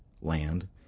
land